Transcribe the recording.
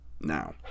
now